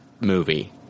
movie